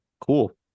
cool